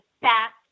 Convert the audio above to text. fast